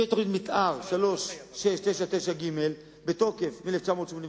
יש תוכנית מיתאר ג/3699 בתוקף מ-1986,